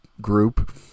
group